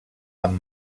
amb